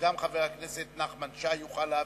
שגם חבר הכנסת נחמן שי יוכל להבין,